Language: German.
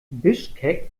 bischkek